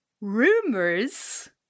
Rumors